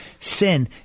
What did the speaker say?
Sin